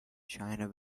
china